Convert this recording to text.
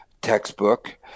textbook